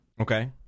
okay